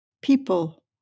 People